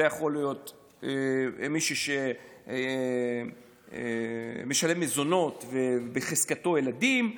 זה יכול להיות מישהו שמשלם מזונות ובחזקתו ילדים,